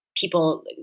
people